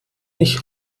nicht